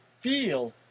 feel